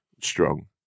strong